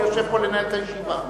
אני יושב פה לנהל את הישיבה.